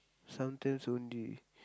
sometimes only